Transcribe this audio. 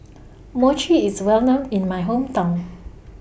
Mochi IS Well known in My Hometown